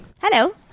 Hello